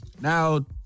Now